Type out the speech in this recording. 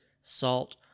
salt